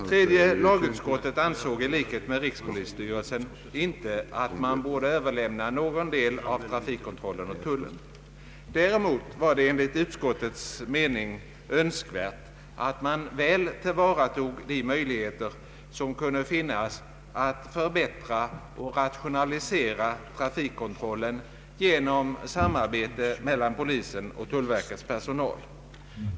Tredje lagutskottet ansåg i likhet med rikspolisstyrelsen att man inte borde överlämna någon del av trafikkontrollen åt tullen. Däremot var det enligt utskottets uppfattning önskvärt, att man väl tillvaratog de möjligheter som kunde finnas att förbättra och rationalisera trafikkontrollen genom samarbete mellan polisen och tullverkets personal.